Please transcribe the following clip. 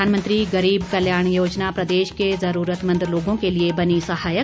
प्रधानमंत्री गरीब कल्याण योजना प्रदेश के जरूरतमंद लोगों के लिए बनी सहायक